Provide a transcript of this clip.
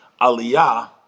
aliyah